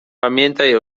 pamiętaj